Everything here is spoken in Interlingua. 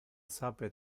sape